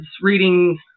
reading